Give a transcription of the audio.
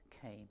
came